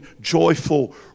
joyful